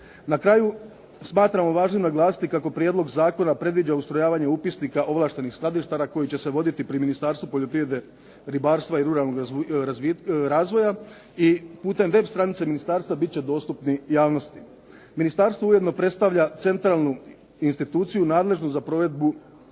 Na kraju, smatramo važnim naglasiti kako prijedlog zakona predviđa ustrojavanje upisnika ovlaštenih skladištara koji će se voditi pri Ministarstvu poljoprivrede, ribarstva i ruralnog razvoja i putem web stranice ministarstva bit će dostupni javnosti. Ministarstvo ujedno predstavlja centralnu instituciju nadležnu za provedbu postupka